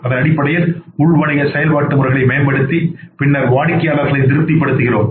அதன் அடிப்படையில் உள் வணிக செயல்முறைகளை மேம்படுத்தி பின்னர் வாடிக்கையாளர்களை திருப்திப்படுத்துகிறோம்